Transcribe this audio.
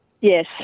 Yes